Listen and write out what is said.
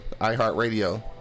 iHeartRadio